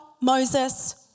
Moses